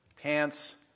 pants